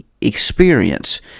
experience